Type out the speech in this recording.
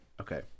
Okay